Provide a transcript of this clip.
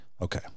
Okay